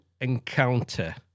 encounter